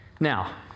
Now